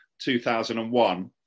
2001